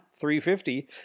350